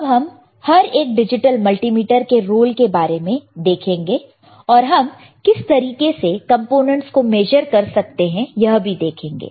अब हम हर एक डिजिटल मल्टीमीटर के रोल के बारे में देखेंगे और हम किस तरीके से कंपोनेंट्स को मेजर कर सकते हैं यह भी देखेंगे